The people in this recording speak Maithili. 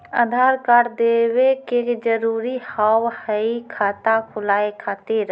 आधार कार्ड देवे के जरूरी हाव हई खाता खुलाए खातिर?